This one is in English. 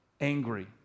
angry